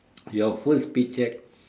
your first pay cheque